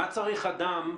מה צריך אדם,